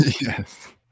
Yes